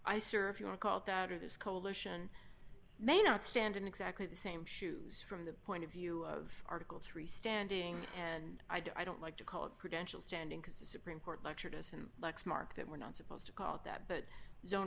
i serve you are called that or this coalition may not stand in exactly the same shoes from the point of view of article three standing and i don't like to call it credentials standing because the supreme court lectured us and lexmark that we're not supposed to call it that but zon